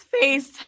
face